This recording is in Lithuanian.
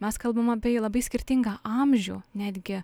mes kalbam apie labai skirtingą amžių netgi